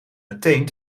meteen